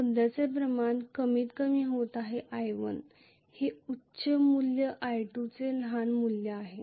सध्याचे प्रमाण कमी होत आहे i1 हे उच्च मूल्य i2 चे लहान मूल्य आहे